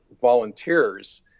volunteers